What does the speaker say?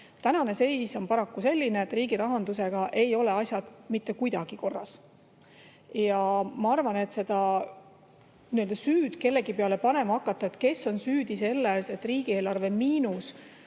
seis on paraku selline, et riigi rahandusega ei ole asjad mitte kuidagi korras. Ma arvan, et seda süüd kellegi peale panema hakata, et kes on süüdi selles, et riigieelarve miinus,